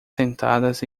sentadas